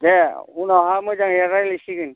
दे उनावहाय मोजाङै रायज्लायसिगोन